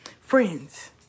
Friends